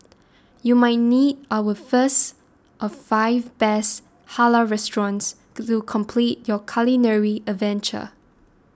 you might need our first of five best Halal restaurants to complete your culinary adventure